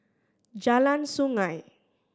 Jalan Sungei